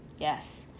Yes